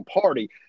party